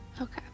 Okay